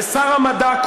ושר המדע,